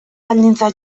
baldintza